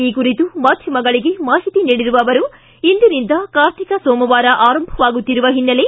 ಈ ಕುರಿತು ಮಾಧ್ಯಮಗಳಿಗೆ ಮಾಹಿತಿ ನೀಡಿರುವ ಅವರು ಇಂದಿನಿಂದ ಕಾರ್ತಿಕ ಸೋಮವಾರ ಆರಂಭವಾಗುತ್ತಿರುವ ಹಿನ್ನೆಲೆ